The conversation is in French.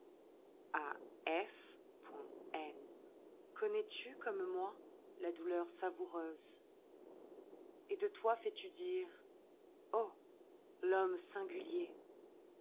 connais-tu comme moi la douleur savoureuse et de toi fais-tu dire oh l'homme singulier